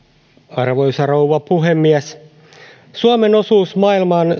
arvoisa rouva puhemies suomen osuus maailman